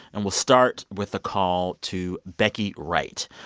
and we'll start with a call to becky wright.